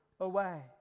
away